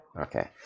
Okay